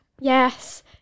Yes